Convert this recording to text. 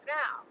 now